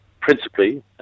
principally